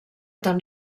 tan